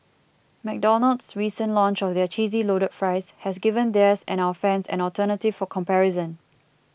McDonald's recent launch of their cheesy loaded fries has given theirs and our fans an alternative for comparison